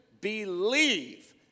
believe